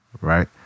right